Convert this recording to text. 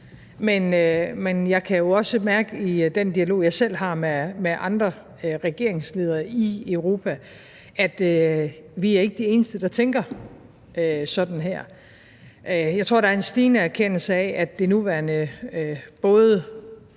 men jeg kan jo også mærke i den dialog, jeg selv har med andre regeringsledere i Europa, at vi ikke er de eneste, der tænker sådan her. Jeg tror, der er en stigende erkendelse af, at det nuværende både